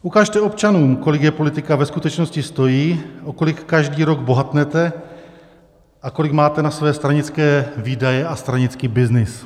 Ukažte občanům, kolik je politika ve skutečnosti stojí, o kolik každý rok bohatne a kolik máte na své stranické výdaje a stranický byznys.